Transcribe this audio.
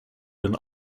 and